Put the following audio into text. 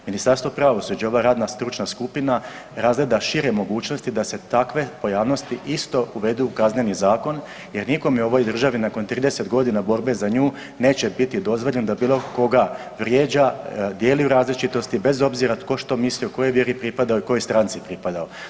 Ministarstvo pravosuđa ova radna stručna skupina razgleda šire mogućnosti da se takve pojavnosti isto uvedu u Kazneni zakon jer nikome u ovoj državi nakon 30 godina borbe za nju neće biti dozvoljeno da bilo koga vrijeđa, dijeli u različitosti bez obzira što tko mislio, kojoj vjeri pripadao i kojoj stranci pripadao.